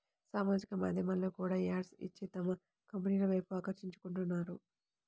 సామాజిక మాధ్యమాల్లో కూడా యాడ్స్ ఇచ్చి తమ కంపెనీల వైపు ఆకర్షింపజేసుకుంటున్నారు